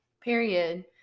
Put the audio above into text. Period